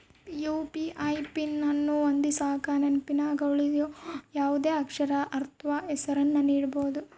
UPI PIN ಅನ್ನು ಹೊಂದಿಸಕ ನೆನಪಿನಗ ಉಳಿಯೋ ಯಾವುದೇ ಅಕ್ಷರ ಅಥ್ವ ಹೆಸರನ್ನ ನೀಡಬೋದು